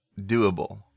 doable